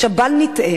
עכשיו, בל נטעה.